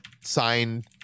sign